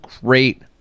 great